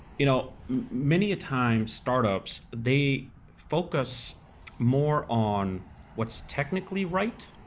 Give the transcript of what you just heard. you know many a time, startups, they focus more on what's technically right,